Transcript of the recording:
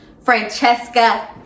Francesca